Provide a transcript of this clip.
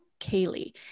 Kaylee